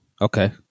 Okay